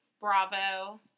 Bravo